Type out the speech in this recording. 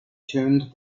turned